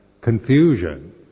confusion